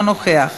אינו נוכח,